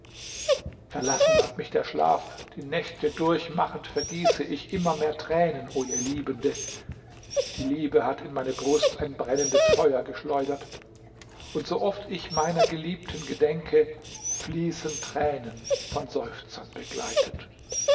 verlassen hat mich der schlaf die nächte durchmachend vergieße ich immer mehr tränen o ihr liebende die liebe hat in meine brust ein brennendes feuer geschleudert und so oft ich meiner geliebten gedenke fließen tränen von seufzern begleitet